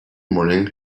morning